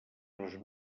les